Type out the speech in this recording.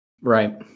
Right